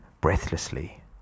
breathlessly